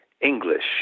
English